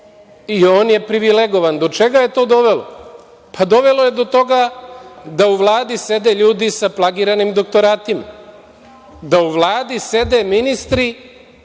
i on je privilegovan. Do čega je to dovelo? Pa dovelo je do toga da u Vladi sede ljudi sa plagiranim doktoratima, da u Vladi sede ministri